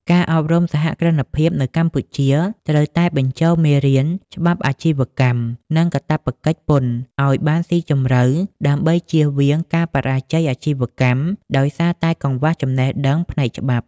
ការអប់រំសហគ្រិនភាពនៅកម្ពុជាត្រូវតែបញ្ចូលមេរៀន "ច្បាប់អាជីវកម្ម និងកាតព្វកិច្ចពន្ធ" ឱ្យបានស៊ីជម្រៅ ដើម្បីជៀសវាងការបរាជ័យអាជីវកម្មដោយសារតែកង្វះចំណេះដឹងផ្នែកច្បាប់។